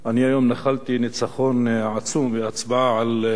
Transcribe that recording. אני היום נחלתי ניצחון עצום בהצבעה על,